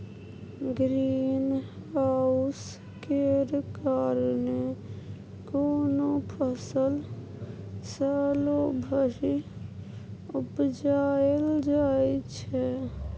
green house केर कारणेँ कोनो फसल सालो भरि उपजाएल जाइ छै